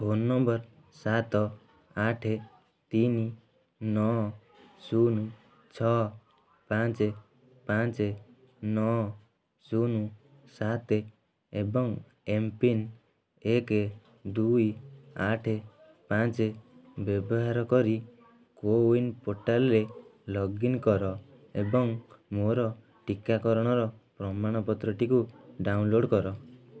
phone number ସାତ ଆଠେ ତିନି ନଅ ଶୁନ ଛଅ ପାଞ୍ଚେ ପାଞ୍ଚେ ନଅ ଶୁନ ସାତେ ଏବଂ ଏମ୍ପିନ୍ ଏକେ ଦୁଇ ଆଠେ ପାଞ୍ଚେ ବ୍ୟବହାର କରି କୋୱିନ୍ ପୋର୍ଟାଲ୍ରେ ଲଗ୍ଇନ୍ କର ଏବଂ ମୋର ଟିକୀକରଣର ପ୍ରମାଣପତ୍ରଟିକୁ ଡାଉନ୍ଲୋଡ଼୍ କର